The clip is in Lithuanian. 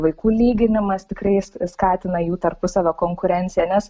vaikų lyginimas tikrai jis skatina jų tarpusavio konkurenciją nes